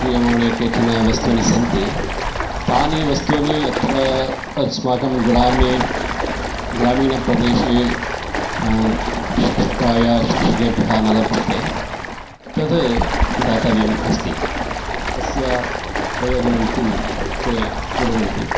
क्रियमाणे केचन वस्तूनि सन्ति तानि वस्तूनि अत्र अस्माकं ग्रामे ग्रामीणप्रदेशे शिक्षकाय शिक्षिकेभ्यः न लभ्यते तत् दातव्यम् अस्ति तस्य प्रयोजनम् अपि ते कुर्वन्ति